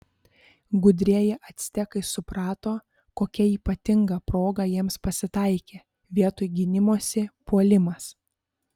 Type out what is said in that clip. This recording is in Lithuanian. gudrieji actekai suprato kokia ypatinga proga jiems pasitaikė vietoj gynimosi puolimas